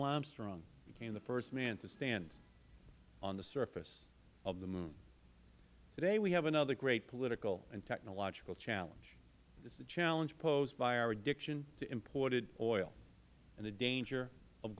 became the first man to stand on the surface of the moon today we have another great political and technological challenge it is the challenge posed by our addiction to imported oil and the danger of